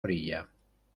orilla